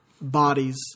bodies